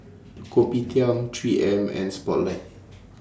Kopitiam three M and Spotlight